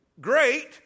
great